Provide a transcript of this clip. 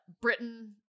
Britain